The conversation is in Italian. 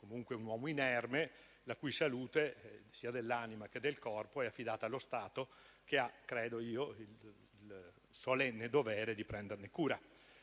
comunque un uomo inerme, la cui salute, sia dell'anima che del corpo, è affidata allo Stato, che credo abbia il solenne dovere di prendersene cura.